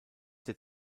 der